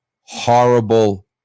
horrible